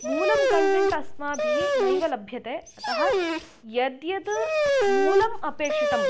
मूलं कण्टेण्ट् अस्माभिः नैव लभ्यते अतः यद्यद् मूलम् अपेक्षितम्